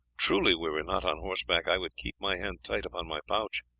truly were we not on horseback i should keep my hand tight upon my pouch,